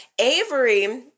Avery